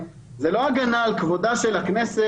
אין מדובר בהגנה על כבודה של הכנסת,